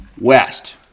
west